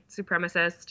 supremacist